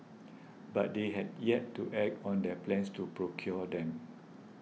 but they had yet to act on their plans to procure them